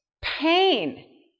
pain